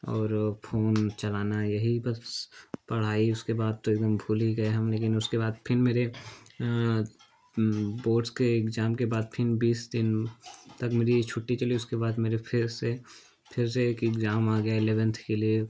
और फोन चलाना यही बस पढ़ाई उसके बाद तो एक दम भूल ही गए हम लेकिन उसके बाद फिन मेरे बोर्ड्स के इग्जाम के बाद फिर बीस दिन तक मेरी छुट्टी चली उसके बाद मेरे फिर से फिर से एक इक्जाम आ गए इलेवेन्थ के लिए